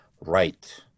Right